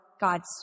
God's